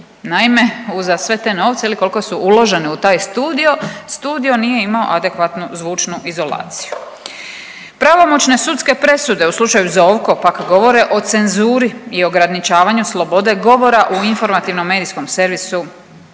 Naime, uza sve te novce ili koliko su uložili u taj studio nije imao adekvatnu zvučnu izolaciju. Pravomoćne sudske presude u slučaju Zovko pak govore o cenzuri i ograničavanju slobode govora u informativnom medijskom servisu